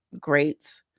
great